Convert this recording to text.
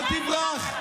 איזה תוהו ובוהו?